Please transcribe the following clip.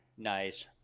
Nice